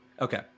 Okay